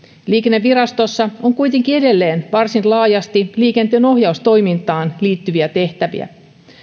liikennevirastossa on kuitenkin edelleen varsin laajasti liikenteenohjaustoimintaan liittyviä tehtäviä